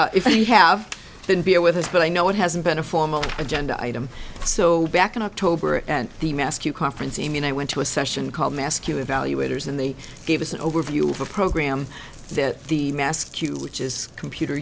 so if you have been beer with us but i know it hasn't been a formal agenda item so back in october and the mask you conference i mean i went to a session called mask you evaluators and they gave us an overview of a program that the mass cube which is a computer